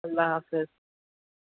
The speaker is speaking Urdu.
اللہ حافظ